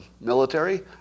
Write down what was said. Military